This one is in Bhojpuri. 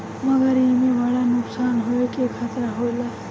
मगर एईमे बड़ा नुकसान होवे के खतरा रहेला